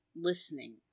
listening